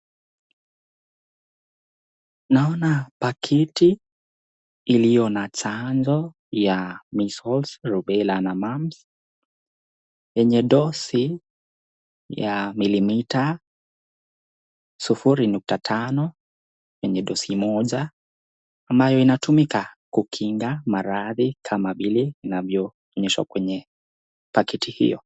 Naona paketi iliyo na chanjo ya Measles, Rubella na Mumps, enye dosi ya milimita sufuri nukta tano, kwenye dosi moja ambayo unatumika kukinga Marathi kama vile inavyo onyeshwa kwenye paketi hiyo.